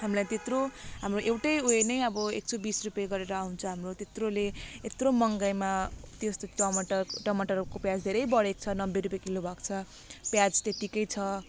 हामीलाई त्यत्रो हाम्रो एउटै उयो नै अब एक सौ बिस रुपयाँ गरेर आउँछ हाम्रो त्यत्रोले यत्रो महँगाइमा त्यस्तो टमाटर टमाटरको प्याज धेरै बढेको छ नब्बे रुपियाँ किलो भएको छ प्याज त्यतिकै छ